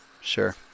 Sure